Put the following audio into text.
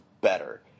better